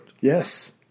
Yes